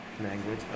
Language